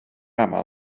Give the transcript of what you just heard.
aml